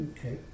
Okay